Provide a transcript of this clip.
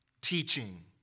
teaching